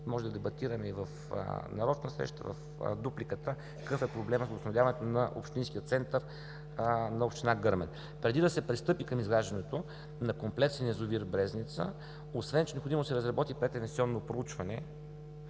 Може да дебатираме и в нарочна среща, в дупликата, какъв е проблема за водоснабдяването на общинския център на община Гърмен. Преди да се пристъпи към изграждането на комплексен язовир „Брезница“, освен че е необходимо да се разработи прединвестиционно проучване,